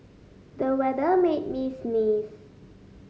the weather made me sneeze